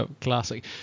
classic